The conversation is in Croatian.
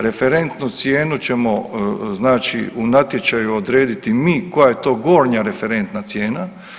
Referentnu cijenu ćemo znači u natječaju odrediti mi koja je to gornja referentna cijena.